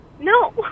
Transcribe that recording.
No